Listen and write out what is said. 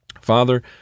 Father